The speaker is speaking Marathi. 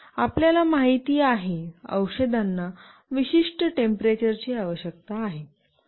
आपल्याला माहिती आहे औषधांना विशिष्ट टेम्परेचरची आवश्यकता असते